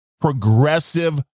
progressive